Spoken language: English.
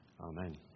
amen